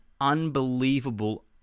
unbelievable